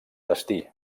destí